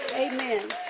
Amen